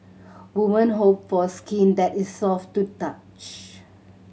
women hope for skin that is soft to touch